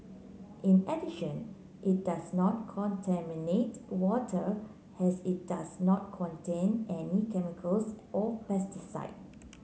in addition it does not contaminate water as it does not contain any chemicals or pesticide